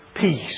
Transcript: peace